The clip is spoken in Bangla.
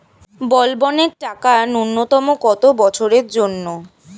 বলবনের টাকা ন্যূনতম কত বছরের জন্য?